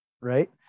right